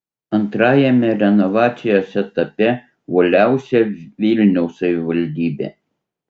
antrajame renovacijos etape uoliausia vilniaus savivaldybė